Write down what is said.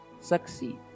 succeed